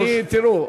תראו,